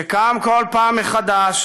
שקם כל פעם מחדש,